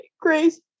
grace